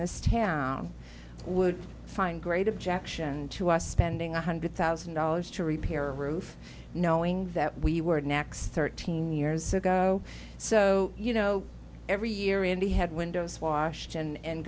this town would find great objection to us spending one hundred thousand dollars to repair a roof knowing that we were next thirteen years ago so you know every year and he had windows wash